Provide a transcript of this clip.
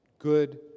Good